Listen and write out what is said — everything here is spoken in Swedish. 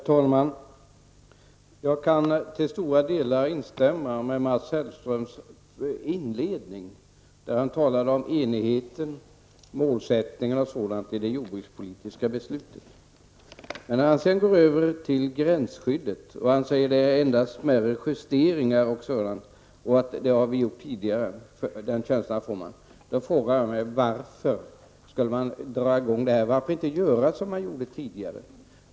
Herr talman! Jag kan till stora delar instämma i Mats Hellströms inledning, där han talade om enigheten, målsättningar och sådant i det jordbrukspolitiska beslutet. Sedan gick han över till gränsskyddet och sade att det görs endast smärre justeringar och att vi gjort sådana tidigare. Varför då dra i gång det här? Varför gör man inte som man gjorde tidigare?